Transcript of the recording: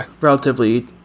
relatively